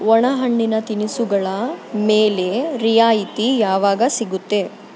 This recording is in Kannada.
ಒಣಹಣ್ಣಿನ ತಿನಿಸುಗಳ ಮೇಲೆ ರಿಯಾಯಿತಿ ಯಾವಾಗ ಸಿಗುತ್ತೆ